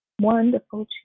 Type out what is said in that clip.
Wonderful